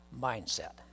mindset